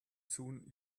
soon